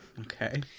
Okay